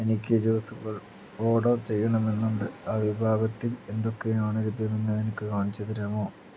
എനിക്ക് ജ്യൂസുകൾ ഓർഡർ ചെയ്യണമെന്നുണ്ട് ആ വിഭാഗത്തിൽ എന്തൊക്കെയാണ് ലഭ്യമെന്ന് എനിക്ക് കാണിച്ചു തരാമോ